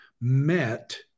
met